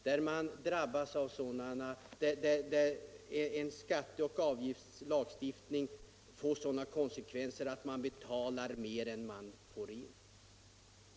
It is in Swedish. Behöver vi utreda en skatteoch avgiftslagstiftning som får sådana konsekvenser att man betalar mer än man får in?